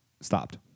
stopped